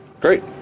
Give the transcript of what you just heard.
Great